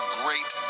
great